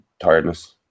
tiredness